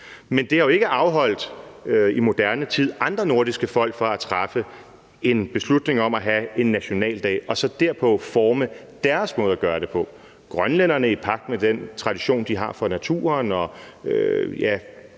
i moderne tid jo ikke afholdt andre nordiske folk fra at træffe en beslutning om at have en nationaldag og så derpå forme deres måde at gøre det på – grønlænderne i pagt med den tradition, de har for naturen, og